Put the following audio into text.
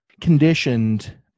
conditioned